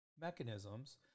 mechanisms